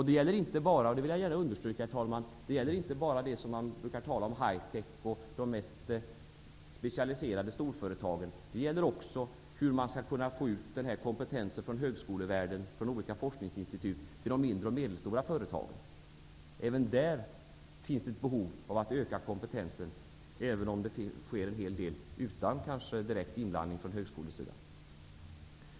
Det gäller inte bara, vilket jag vill understryka, herr talman, hi-tech och de mest specialiserade storföretagen som man brukar tala om. Det gäller också hur man skall kunna få ut kompetensen från högskolevärlden, från olika forskningsinstitut, till de mindre och medelstora företagen. Även där finns ett behov av att öka kompetensen, även om det sker en hel del utan direkt inblandning från högskolesidan.